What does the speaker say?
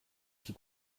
qui